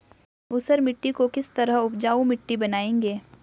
ऊसर मिट्टी को किस तरह उपजाऊ मिट्टी बनाएंगे?